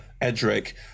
Edric